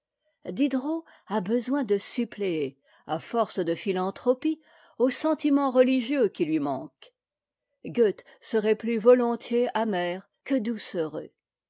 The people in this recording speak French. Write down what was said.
diderot a besoin de suppléer à force de philanthropie aux sentiments religieux qui lui manquent goethe serait plus volontiers amer que doucereux